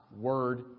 word